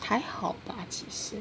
还好吧其实